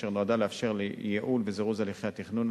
אשר נועדה לאפשר ייעול וזירוז של הליכי התכנון.